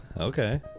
okay